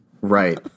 right